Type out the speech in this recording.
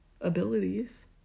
abilities